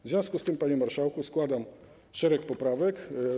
W związku z tym, panie marszałku, składam szereg poprawek.